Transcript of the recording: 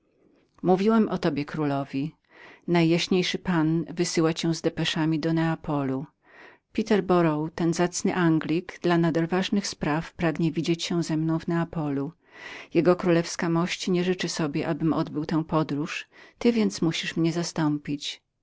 mówiłem o tobie królowi najjaśniejszy pan wysyła cię z depeszami do neapolu peterborough ten zacny anglik dla nader ważnych spraw pragnie widzieć się ze mną w neapolu jkmość nie życzy sobie abym odbył tę podróż ty więc musisz mnie zastąpić